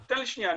תן לי שנייה,